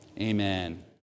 amen